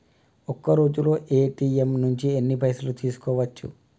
ఒక్కరోజులో ఏ.టి.ఎమ్ నుంచి ఎన్ని పైసలు తీసుకోవచ్చు?